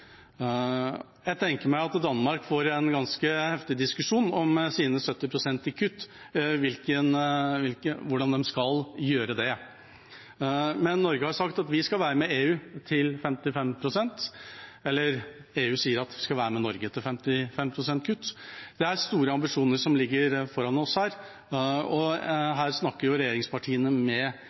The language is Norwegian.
Jeg tenker at Danmark vil få en ganske heftig diskusjon om hvordan de skal kutte sine 70 pst. Men EU sier at de skal være med Norge til 55 pst. kutt. Det er store ambisjoner som ligger foran oss, og her snakker regjeringspartiene med